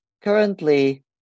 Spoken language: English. currently